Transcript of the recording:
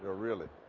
ah really?